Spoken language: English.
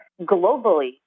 globally